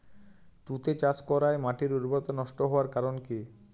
তুতে চাষ করাই মাটির উর্বরতা নষ্ট হওয়ার কারণ কি?